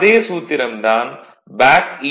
அதே சூத்திரம் தான் பேக் ஈ